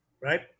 right